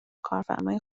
کارفرمای